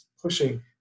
pushing